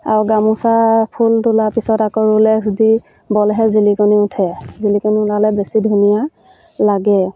আৰু গামোচা ফুল তোলা পিছত আকৌ ৰুলেক্স দি ব'লেহে জিলিকণী উঠে জিলিকণী ওলালে বেছি ধুনীয়া লাগে